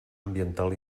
ambiental